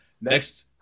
Next